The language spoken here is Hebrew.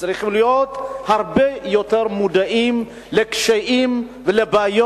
צריכים להיות הרבה יותר מודעים לקשיים ולבעיות.